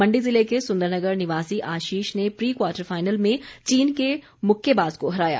मण्डी जिले के सुंदरनगर निवासी आशीष ने प्री क्वार्टर फाइनल में चीन के मुक्केबाज़ को हराया